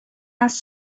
است